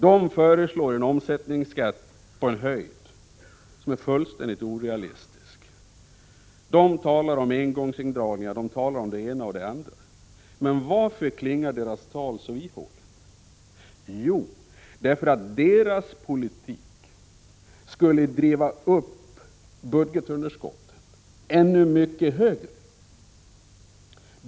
Det föreslår en omsättningsskatt på en höjd som är fullständigt orealistisk och talar om engångsindragning och det ena med det andra. Men varför klingar detta tal så ihåligt? Jo, därför att vpk:s politik skulle öka budgetunderskottet ännu mycket mer.